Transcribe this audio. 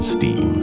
Steam